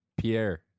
Pierre